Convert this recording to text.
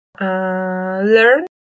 learn